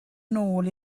nôl